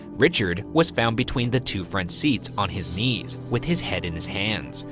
richard was found between the two front seats on his knees, with his head in his hands.